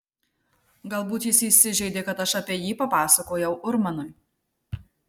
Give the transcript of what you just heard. galbūt jis įsižeidė kad aš apie jį papasakojau urmanui